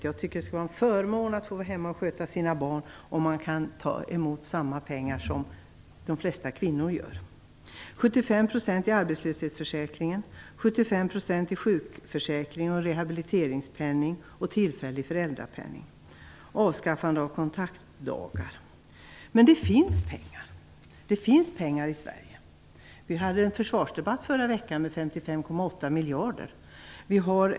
Jag tycker att det skulle vara en förmån att få vara hemma och sköta sina barn om man kan ta emot samma pengar som de flesta kvinnor gör. Andra stora sänkningar gäller 75 % av lönen i arbetslöshetsförsäkringen, Men det finns pengar. Det finns pengar i Sverige. I försvarsdebatten som vi hade i förra veckan handlade det om 55,8 miljarder kronor.